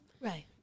Right